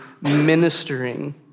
ministering